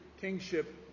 kingship